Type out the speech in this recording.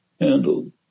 handled